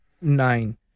nine